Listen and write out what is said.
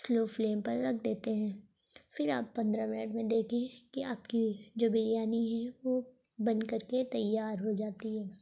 سلو flame پر رکھ دیتے ہیں پھر آپ پندرہ منٹ میں دیکھیں کہ آپ کی جو بریانی ہے وہ بن کر کے تیار ہو جاتی ہے